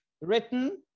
written